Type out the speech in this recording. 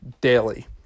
daily